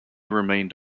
remained